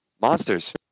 Monsters